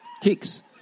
kicks